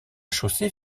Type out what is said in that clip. chaussée